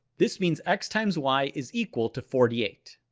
this means x times y is equal to forty eight.